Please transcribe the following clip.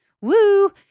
Woo